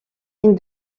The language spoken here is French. une